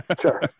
Sure